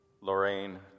Lorraine